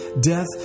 death